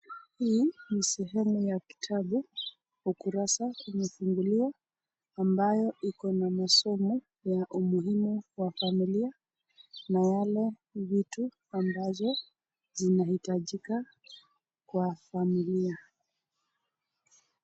Hii ni sehemu ya kitabu, ukurasa umefunguliwa, ambayo iko na masomo ya umuhumu wa familia, na vile vitu ambavyo vinahitajika kwa familia.